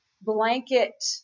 blanket